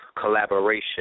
collaboration